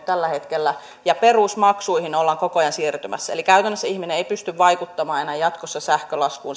tällä hetkellä ja perusmaksuihin ollaan koko ajan siirtymässä eli käytännössä ihminen ei pysty vaikuttamaan enää jatkossa sähkölaskuun